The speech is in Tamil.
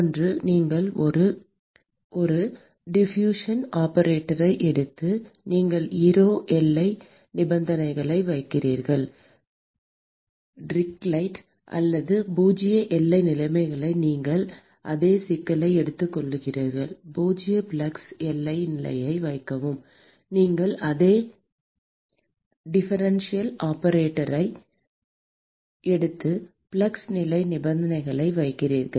ஒன்று நீங்கள் ஒரு டிஃப்யூஷன் ஆபரேட்டரை எடுத்து நீங்கள் ஈரோ எல்லை நிபந்தனைகளை வைக்கிறீர்கள் டிரிச்லெட் அல்லது பூஜ்ஜிய எல்லை நிலைமைகள் நீங்கள் அதே சிக்கலை எடுத்துக்கொள்கிறீர்கள் பூஜ்ஜிய ஃப்ளக்ஸ் எல்லை நிலையை வைக்கவும் நீங்கள் அதே டிஃபரன்ஷியல் ஆபரேட்டரை எடுத்து ஃப்ளக்ஸ் எல்லை நிபந்தனைகளை வைக்கிறீர்கள்